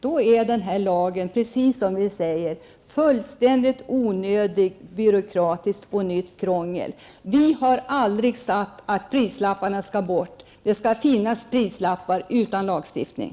Då är den här lagen, precis som vi har sagt, en helt onödig, byråkratisk lag som innebär nytt krångel. Vi har aldrig sagt att prislapparna skall bort. Det skall finnas prislappar men utan lagstiftning.